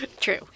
True